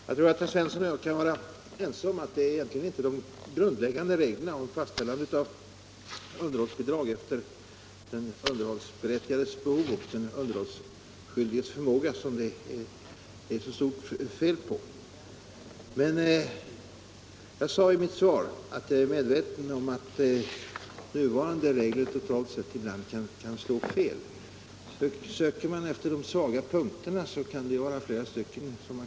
Herr talman! Jag tror att herr Svensson i Malmö och jag kan vara ense om att det egentligen inte är de grundläggande reglerna om fastställande av underhållsbidragen efter den underhållsberättigades behov och den underhållsskyldiges förmåga som det är så stort fel på. Jag sade i mitt svar att jag är medveten om att nuvarande regler totalt sett ibland kan slå fel. Söker man efter svaga punkter kan man eventuellt hitta flera stycken.